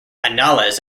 annales